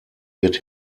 wird